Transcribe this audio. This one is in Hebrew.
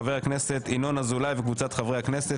חבר הכנסת ינון אזולאי וקבוצת חברי הכנסת,